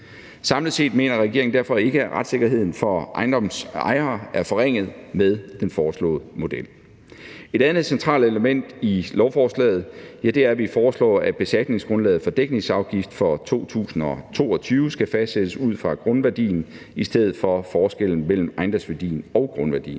Samlet set mener regeringen derfor ikke, at retssikkerheden for ejendomsejere er forringet med den foreslåede model. Et andet centralt element i lovforslaget er, at vi foreslår, at beskatningsgrundlaget for dækningsafgift for 2022 skal fastsættes ud fra grundværdien i stedet for forskellen mellem ejendomsværdien og grundværdien.